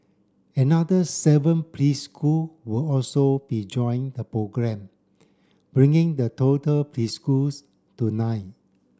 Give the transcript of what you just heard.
another seven preschool will also be join the programme bringing the total preschools to nine